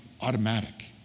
automatic